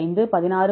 5 16